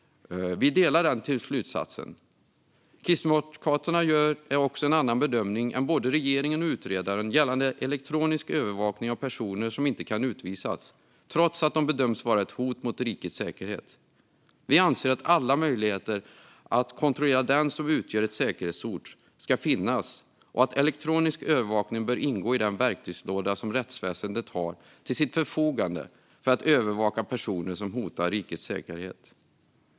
Vi delar den slutsatsen. Kristdemokraterna gör också en annan bedömning än både regeringen och utredaren gällande elektronisk övervakning av personer som inte kan utvisas trots att de bedöms vara ett hot mot rikets säkerhet. Vi anser att alla möjligheter att kontrollera den som utgör ett säkerhetshot ska finnas och att elektronisk övervakning bör ingå i den verktygslåda som rättsväsendet har till sitt förfogande för att övervaka personer som hotar rikets säkerhet.